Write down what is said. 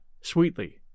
sweetly